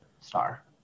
star